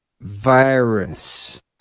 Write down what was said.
Virus